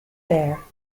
there